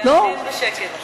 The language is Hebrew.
להנהן בשקט.